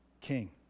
king